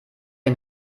ein